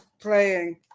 playing